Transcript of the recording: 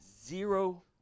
zero